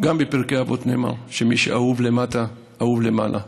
גם בפרקי אבות נאמר שמי שאהוב למטה, אהוב למעלה.